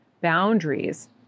Boundaries